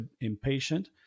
impatient